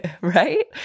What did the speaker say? right